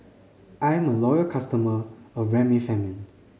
I'm a loyal customer of Remifemin